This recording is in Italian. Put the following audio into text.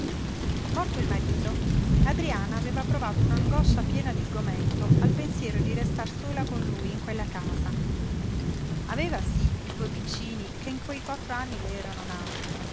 morto il marito adriana aveva provato un'angoscia piena di sgomento al pensiero di restar sola con lui in quella casa aveva sí i due piccini che in quei quattro anni le erano nati